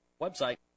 website